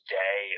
day